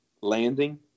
landing